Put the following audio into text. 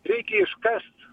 reikia iškast